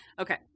Okay